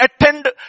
attend